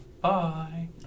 Bye